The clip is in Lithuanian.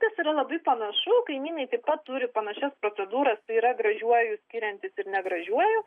kas yra labai panašu kaimynai taip pat turi panašias procedūras tai yra gražiuoju skiriantis ir negražiuoju